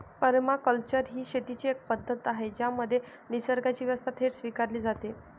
permaculture ही शेतीची एक पद्धत आहे ज्यामध्ये निसर्गाची व्यवस्था थेट स्वीकारली जाते